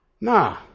Nah